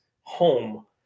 home